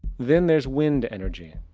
then there's wind energy.